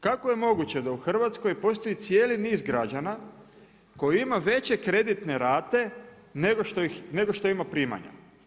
Kako je moguće da u Hrvatskoj postoji cijeli niz građana koji ima veće kreditne rate, nego što ima primanja?